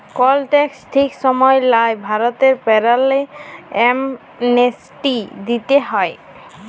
call tax ঠিক সময় লায় ভরতে পারল্যে, অ্যামনেস্টি দিতে হ্যয়